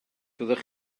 fyddech